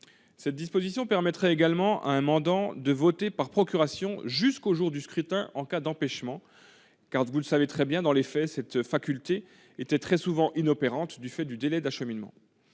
Cette disposition permettrait également à un mandant de donner procuration jusqu'au jour du scrutin en cas d'empêchement soudain. Dans les faits, cette faculté était souvent inopérante du fait du délai d'acheminement.